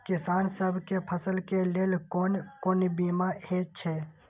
किसान सब के फसल के लेल कोन कोन बीमा हे छे?